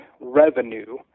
revenue